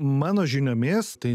mano žiniomis tai